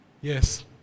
Yes